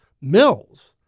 mills